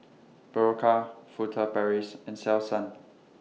Berocca Furtere Paris and Selsun